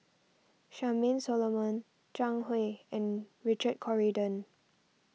Charmaine Solomon Zhang Hui and Richard Corridon